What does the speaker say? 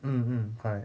mm mm correct